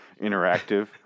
interactive